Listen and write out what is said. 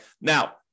Now